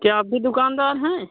क्या आप भी दुकानदार हैं